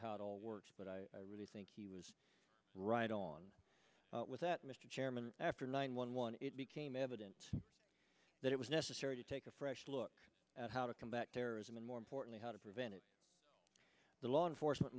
how it all works but i really think he was right on with that mr chairman after nine one one it became evident that it was necessary to take a fresh look at how to combat terrorism and more importantly how to prevent it the law enforcement